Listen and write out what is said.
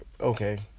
okay